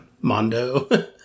Mondo